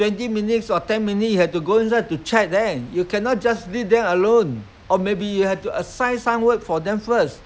twenty minutes or ten minutes have to go inside to check them you cannot just leave them alone or maybe you have to assign some work for them first